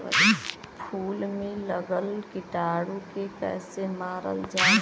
फूल में लगल कीटाणु के कैसे मारल जाला?